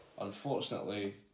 unfortunately